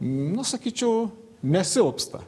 nu sakyčiau nesilpsta